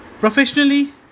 Professionally